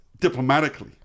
diplomatically